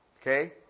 Okay